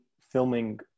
filming